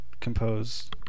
compose